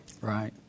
right